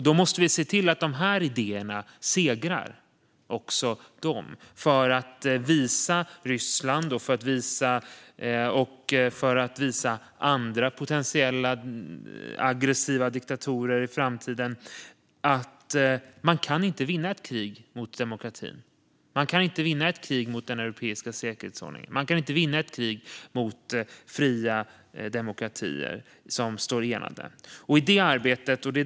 Då måste vi se till att dessa idéer segrar för att visa Ryssland och andra potentiella, aggressiva diktatorer i framtiden att man inte kan vinna ett krig mot demokrati, mot den europeiska säkerhetsordningen och mot fria demokratier som står enade.